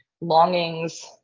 longings